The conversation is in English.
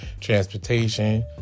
transportation